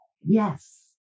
yes